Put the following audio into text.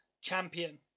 champion